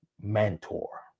mentor